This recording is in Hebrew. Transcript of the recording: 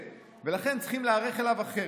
ולכן צריכים להיערך אליו אחרת.